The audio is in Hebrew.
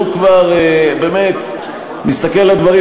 שהוא כבר באמת מסתכל על הדברים,